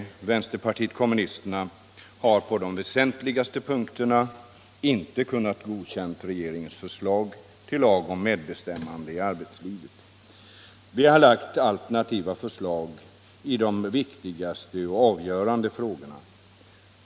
Vänsterpartiet kommunisterna har på de mest väsentliga punkterna inte kunnat godkänna regeringens förslag till lag om medbestämmande i arbetslivet. Vi har lagt fram alternativa förslag i de viktigaste och avgörande frågorna.